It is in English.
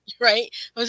right